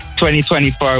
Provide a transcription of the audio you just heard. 2024